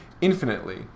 infinitely